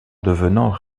devenant